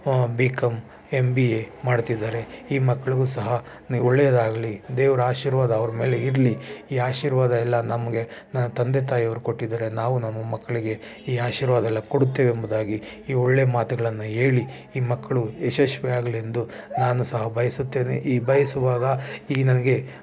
B com M B A ಮಾಡುತ್ತಿದ್ದಾರೆ ಈ ಮಕ್ಳಿಗೂ ಸಹ ನೀವು ಒಳ್ಳೆಯದಾಗಲಿ ದೇವ್ರ ಆಶಿರ್ವಾದ ಅವ್ರ ಮೇಲೆ ಇರಲಿ ಈ ಆಶಿರ್ವಾದ ಎಲ್ಲ ನಮಗೆ ನನ್ನ ತಂದೆ ತಾಯಿಯವ್ರು ಕೊಟ್ಟಿದ್ದಾರೆ ನಾವು ನಮ್ಮ ಮಕ್ಕಳಿಗೆ ಈ ಆಶಿರ್ವಾದೆಲ್ಲ ಕೊಡುತ್ತೇವೆ ಎಂಬುದಾಗಿ ಈ ಒಳ್ಳೆ ಮಾತುಗಳನ್ನು ಹೇಳಿ ಈ ಮಕ್ಕಳು ಯಶಸ್ವಿಯಾಗ್ಲಿ ಎಂದು ನಾನು ಸಹ ಬಯಸುತ್ತೇನೆ ಈ ಬಯಸುವಾಗ ಈ ನನಗೆ